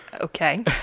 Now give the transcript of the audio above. Okay